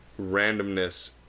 randomness